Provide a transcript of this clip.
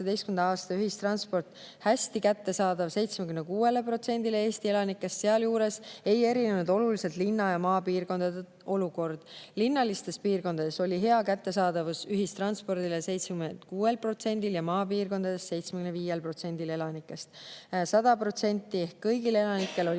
aastal ühistransport hästi kättesaadav 76%‑le Eesti elanikest. Sealjuures ei erinenud oluliselt linna‑ ja maapiirkondade olukord. Linnalistes piirkondades oli hea kättesaadavus ühistranspordile 76%‑l ja maapiirkondades 75%‑l elanikest. 100% ehk kõigil elanikel oli